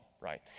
right